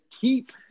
keep